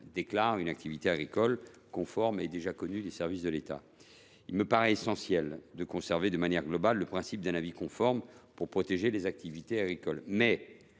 déclare une activité agricole conforme et déjà connue des services de l’État. Il me paraît essentiel de conserver de manière globale le principe d’un avis conforme pour protéger les activités agricoles.